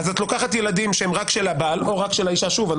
את לוקחת ילדים שהם רק של הבעל או רק של האישה שוב,